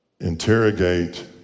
interrogate